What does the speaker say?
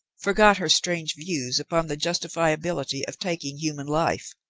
forgot her strange views upon the justifiability of taking human life,